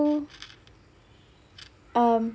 so um